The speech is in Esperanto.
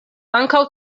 ankaŭ